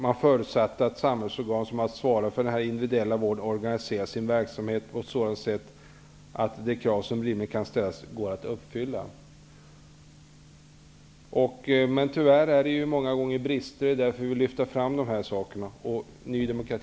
Man har förutsatt att samhällsorgan som haft att svara för den individuella vården organiserar sin verksamhet på ett sådant sätt att det är möjligt att uppfylla de krav som rimligen kan ställas. Tyvärr finns det många gånger brister. Det är därför som vi i Ny demokrati vill lyfta fram de här frågorna.